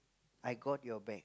I got your back